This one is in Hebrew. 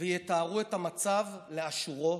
ויתארו את המצב לאשורו